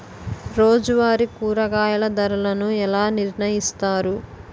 రోజువారి కూరగాయల ధరలను ఎలా నిర్ణయిస్తారు?